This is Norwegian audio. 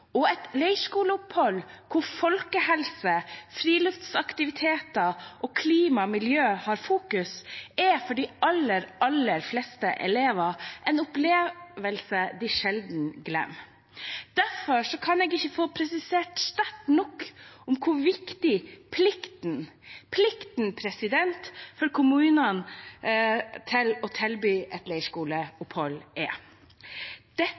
ypperlig. Et leirskoleopphold hvor folkehelse, friluftsaktiviteter og klima og miljø er i fokus, er for de aller fleste elever en opplevelse de sjelden glemmer. Derfor kan jeg ikke få presisert sterkt nok hvor viktig plikten for kommunene til å tilby et leirskoleopphold er. Dette trodde jeg det var tverrpolitisk enighet om. Derfor er det